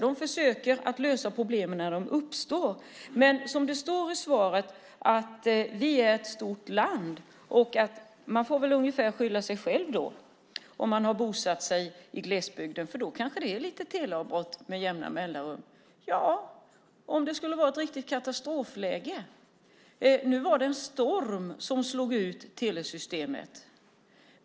De försöker lösa problemen när de uppstår. Men det står i svaret att vi är ett stort land - och då får man ungefär skylla sig själv om man har bosatt sig i glesbygden, för där är det kanske elavbrott med jämna mellanrum. Ja, om det skulle vara ett riktigt katastrofläge, men nu var det en storm som slog ut telesystemet.